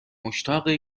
مشتاق